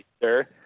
sir